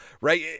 right